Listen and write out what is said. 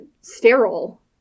sterile